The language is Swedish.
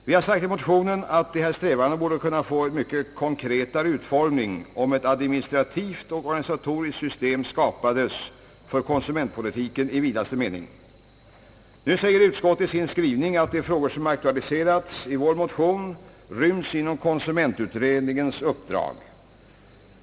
Vi har sagt i motionen att dessa strävanden borde kunna få en mycket konkretare utformning, om ett administrativt och organisatoriskt system skapades för konsumentpolitiken i vidaste mening. Nu säger utskottet i sin skrivning att de frågor som har aktualiserats i vår motion ryms inom konsumentutredningens uppdrag.